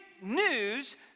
news